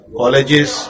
colleges